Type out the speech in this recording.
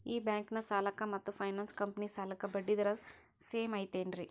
ಈ ಬ್ಯಾಂಕಿನ ಸಾಲಕ್ಕ ಮತ್ತ ಫೈನಾನ್ಸ್ ಕಂಪನಿ ಸಾಲಕ್ಕ ಬಡ್ಡಿ ದರ ಸೇಮ್ ಐತೇನ್ರೇ?